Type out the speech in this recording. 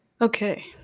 Okay